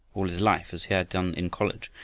all his life, as he had done in college,